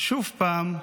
שוב פעם,